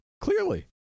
clearly